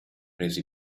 resi